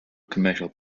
commercial